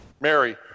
Mary